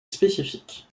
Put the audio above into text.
spécifique